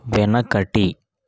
వెనుకటి